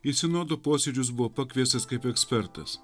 į sinodo posėdžius buvo pakviestas kaip ekspertas